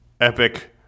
epic –